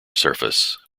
surface